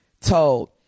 told